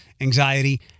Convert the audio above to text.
anxiety